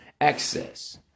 access